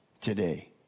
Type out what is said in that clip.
today